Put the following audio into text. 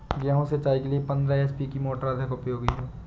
गेहूँ सिंचाई के लिए पंद्रह एच.पी की मोटर अधिक उपयोगी है?